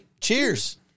cheers